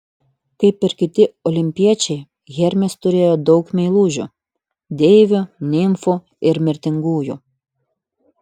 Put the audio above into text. kaip ir kiti olimpiečiai hermis turėjo daug meilužių deivių nimfų ir mirtingųjų